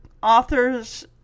Authors